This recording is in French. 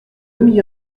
demi